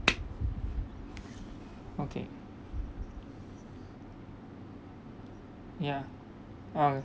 okay ya I'll